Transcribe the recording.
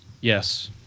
Yes